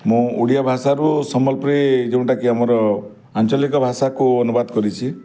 ମୁଁ ଓଡ଼ିଆ ଭାଷାରୁ ସମ୍ବଲପୁରୀ ଯୋଉଟାକି ଆମର ଆଞ୍ଚଳିକ ଭାଷାକୁ ଅନୁବାଦ କରିଛି